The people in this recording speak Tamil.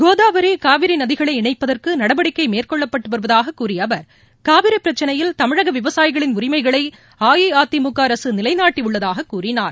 கோதாவரி காவிரி நதிகளை இணைப்பதற்கு நடவடிக்கை மேற்கொள்ளப்பட்டு வருவதாகக் கூறிய அவர் காவிரி பிரச்சினையில் தமிழக விவசாயிகளின் உரிமைகளை அஇஅதிமுக அரசு நிலைநாட்டி உள்ளதாகக் கூறினார்